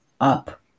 up